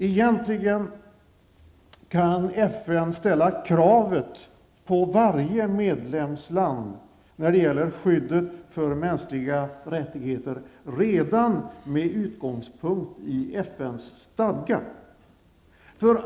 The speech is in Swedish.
Egentligen kan FN ställa krav på varje medlemsland när det gäller mänskliga rättigheterna redan med utgångspunkt i FNs stadga i detta sammanhang.